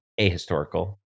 ahistorical